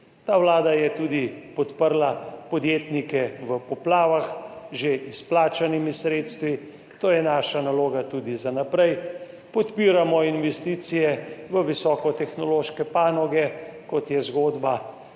Ta vlada je podprla tudi podjetnike v poplavah z že izplačanimi sredstvi, to je naša naloga tudi za naprej. Podpiramo investicije v visokotehnološke panoge, kot je zgodba